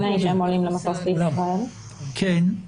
כן,